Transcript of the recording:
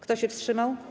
Kto się wstrzymał?